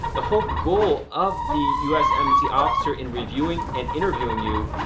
the whole goal of the us embassy officer in reviewing and interviewing you,